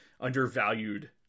undervalued